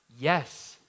yes